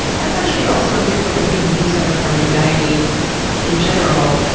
that's actually also a good point with people who suffer from anxiety in general,